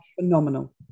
phenomenal